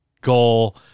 goal